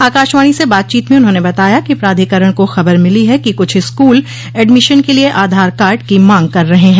आकाशवाणी से बातचीत में उन्होंने बताया कि प्राधिकरण को खबर मिली है कि कुछ स्कूल एडमिशन के लिए आधार कार्ड की मांग कर रहे हैं